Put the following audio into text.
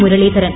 Muraleedharan